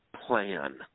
plan